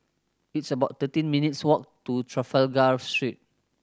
it's about thirteen minutes' walk to Trafalgar Street